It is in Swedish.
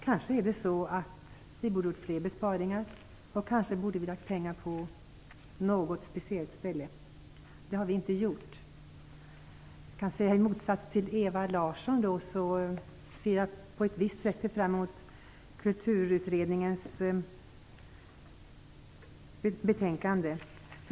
Kanske borde vi ha gjort fler besparingar, och kanske borde vi lagt pengar på något speciellt ställe. Det har vi inte gjort. I motsats till Ewa Larsson ser jag på ett sätt fram emot Kulturutredningens betänkande.